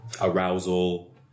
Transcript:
arousal